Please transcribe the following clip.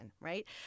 right